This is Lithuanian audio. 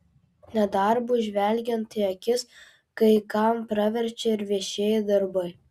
nedarbui žvelgiant į akis kai kam praverčia ir viešieji darbai